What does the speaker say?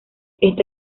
esta